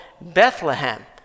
Bethlehem